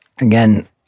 again